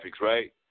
right